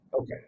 Okay